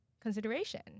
consideration